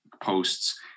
posts